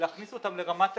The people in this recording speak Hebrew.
נכניס אותם לרמת תקנות,